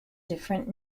different